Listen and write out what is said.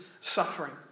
suffering